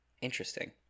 Interesting